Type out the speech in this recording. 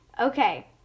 Okay